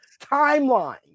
timeline